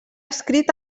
escrit